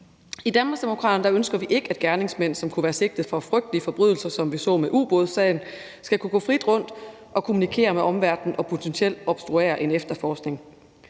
ønsker vi ikke, at gerningsmænd, som kunne være sigtet for frygtelige forbrydelser, skal kunne gå frit rundt og kommunikere med omverdenen og potentielt obstruere en efterforskning,